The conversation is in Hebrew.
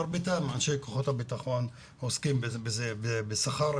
מרביתם אנשי כוחות הביטחון שעוסקים בזה בשכר,